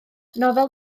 nofel